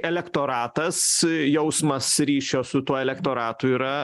elektoratas jausmas ryšio su tuo elektoratu yra